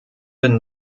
been